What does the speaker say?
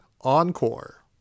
Encore